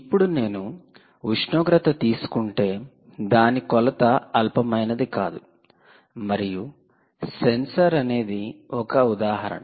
ఇప్పుడు నేను ఉష్ణోగ్రత తీసుకుంటే దాని కొలత అల్పమైనది కాదు మరియు సెన్సార్ అనేది ఒక ఉదాహరణ